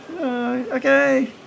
okay